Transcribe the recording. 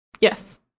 Yes